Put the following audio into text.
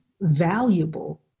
valuable